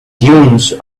dunes